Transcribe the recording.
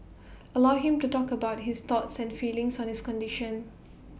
allow him to talk about his thoughts and feelings on his condition